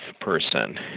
person